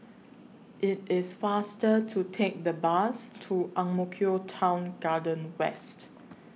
IT IS faster to Take The Bus to Ang Mo Kio Town Garden West